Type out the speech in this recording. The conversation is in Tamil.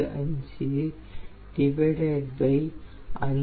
866 max 0